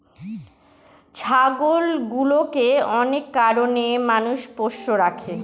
ছাগলগুলোকে অনেক কারনে মানুষ পোষ্য রাখে